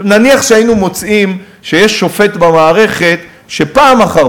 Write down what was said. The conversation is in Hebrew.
נניח שהיינו מוצאים שיש שופט במערכת שפעם אחר